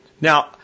Now